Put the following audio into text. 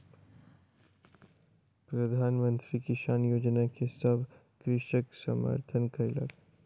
प्रधान मंत्री किसान योजना के सभ कृषक समर्थन कयलक